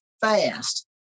fast